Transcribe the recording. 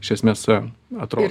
iš esmės atro